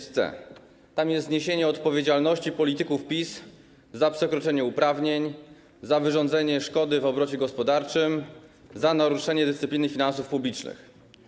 Tam jest mowa o zniesieniu odpowiedzialności polityków PiS za przekroczenie uprawnień, za wyrządzenie szkody w obrocie gospodarczym, za naruszenie dyscypliny finansów publicznych.